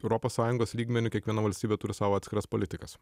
europos sąjungos lygmeniu kiekviena valstybė turi savo atskiras politikas